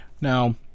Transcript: Now